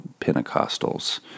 Pentecostals